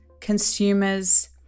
consumers